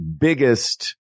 biggest